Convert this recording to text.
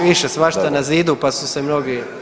Piše svašta na zidu pa su se mnogi.